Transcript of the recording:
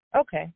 Okay